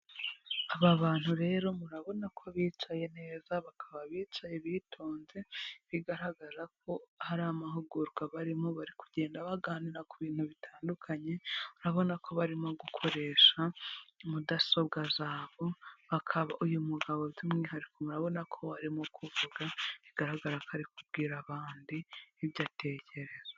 Aba bantu rero murabona ko bicaye neza bakaba bicaye bitonze bigaragara ko hari amahugurwa barimo, bari kugenda baganira ku bintu bitandukanye urabona ko barimo gukoresha mudasobwa zabo, bakaba uyu mugabo by'umwihariko murabona ko arimo kuvuga bigaragara ko ari kubwira abandi ibyo atekereza.